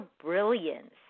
brilliance